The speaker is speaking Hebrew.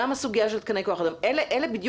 גם הסוגיה של תקני כוח אדם אלה בדיוק